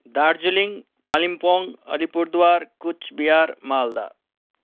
Darjeeling Kalimpong Alipurduar Cooch Behar Malda